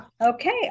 Okay